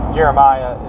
Jeremiah